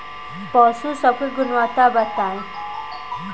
पशु सब के गुणवत्ता बताई?